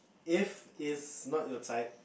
if if not your type